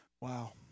Wow